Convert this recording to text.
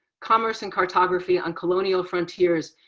commerce and cartography on colonial frontiers,